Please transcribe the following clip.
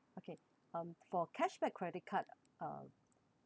okay um for cashback credit card uh